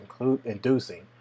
inducing